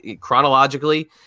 chronologically